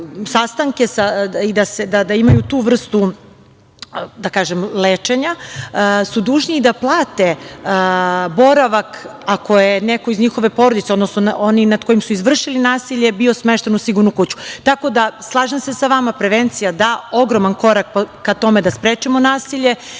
da imaju tu vrstu lečenja, su dužni i da plate boravak ako je neko iz njihove porodice, odnosno oni nad kojim su izvršili nasilje bio smešten u "sigurnu kuću".Tako da, slažem se sa vama prevencija da, ogroman korak ka tome da sprečimo nasilje